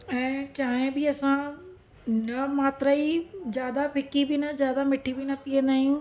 ऐं चांहि बि असां न मात्र ई ज्यादा फिकी बि न ज्यादा मिठी बि न पीअंदा आहियूं